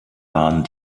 waren